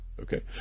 Okay